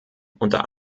unter